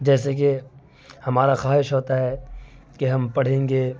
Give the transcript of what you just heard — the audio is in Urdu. جیسے کہ ہمارا خواہش ہوتا ہے کہ ہم پڑھیں گے